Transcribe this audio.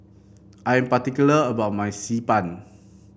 I am particular about my Xi Ban